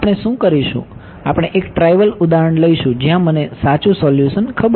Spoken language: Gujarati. આપણે શું કરીશું આપણે એક ટ્રાઇવલ ઉદાહરણ લઈશું જ્યાં મને સાચુ સોલ્યુશન ખબર છે